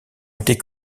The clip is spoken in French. était